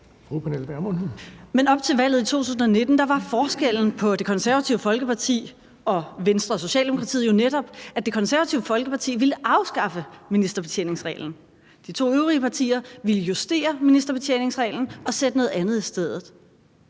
Men op til valget i 2019 var forskellen på Det Konservative Folkeparti og Venstre og Socialdemokratiet jo netop, at Det Konservative Folkeparti ville afskaffe ministerbetjeningsreglen. De to øvrige partier ville justere ministerbetjeningsreglen og sætte noget andet i stedet.